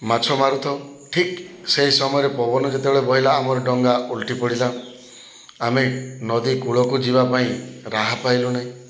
ମାଛ ମାରୁଥାଉ ଠିକ୍ ସେହି ସମୟରେ ପବନ ଯେତେବେଳେ ବୋହିଲା ଆମର ଡ଼ଙ୍ଗା ଓଲ୍ଟି ପଡ଼ିଲା ଆମେ ନଦୀ କୂଳକୁ ଯିବା ପାଇଁ ରାହା ପାଇଲୁ ନାହିଁ